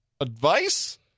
advice